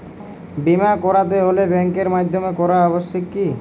বিমা করাতে হলে ব্যাঙ্কের মাধ্যমে করা আবশ্যিক কি?